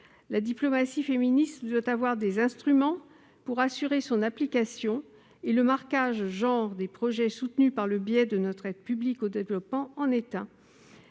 La diplomatie féministe doit avoir des instruments pour assurer son application. Le marquage « genre » des projets soutenus par le biais de notre aide publique au développement en est